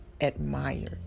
admired